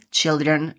children